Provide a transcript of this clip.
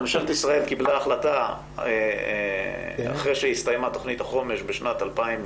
ממשלת ישראל קיבלה החלטה אחרי שהסתיימה תוכנית החומש בשנת 2014,